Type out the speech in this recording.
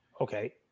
Okay